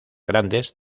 grandes